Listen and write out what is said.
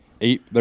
eight